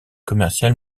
commercial